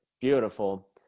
beautiful